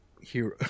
hero